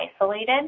isolated